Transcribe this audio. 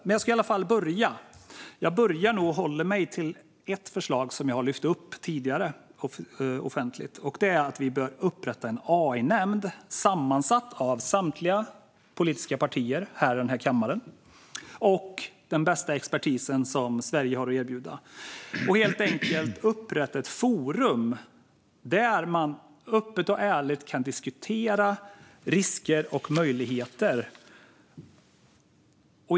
Men jag ska i alla fall börja, och jag tar då upp ett förslag som jag har lyft fram offentligt tidigare. Det handlar om att vi bör upprätta en AI-nämnd, sammansatt av samtliga politiska partier i den här kammaren och den bästa expertis som Sverige har att erbjuda. Vi bör helt enkelt upprätta ett forum där man öppet och ärligt kan diskutera risker och möjligheter.